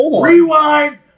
rewind